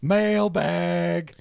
Mailbag